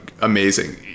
Amazing